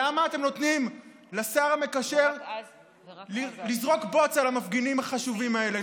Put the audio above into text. למה אתם נותנים לשר המקשר לזרוק בוץ על המפגינים החשובים האלה,